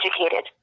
educated